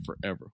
Forever